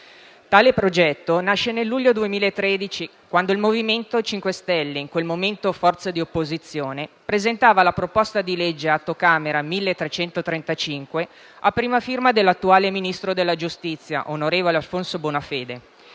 Tale progetto nasce nel luglio del 2013, quando il MoVimento 5 Stelle, in quel momento forza di opposizione, presentava la proposta di legge, Atto Camera 1335, a prima firma dell'attuale Ministro della giustizia, onorevole Alfonso Bonafede,